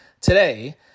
today